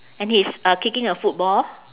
and he's uh kicking a football